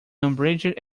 unabridged